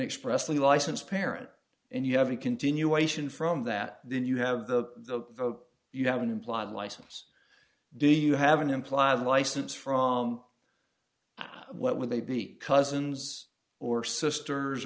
expressed license parent and you have a continuation from that then you have the vote you have an implied license do you have an implied license from what would they be cousins or sisters